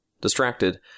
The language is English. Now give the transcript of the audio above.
Distracted